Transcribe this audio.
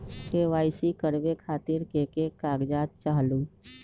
KYC करवे खातीर के के कागजात चाहलु?